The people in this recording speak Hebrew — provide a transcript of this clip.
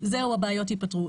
זהו הבעיות ייפתרו.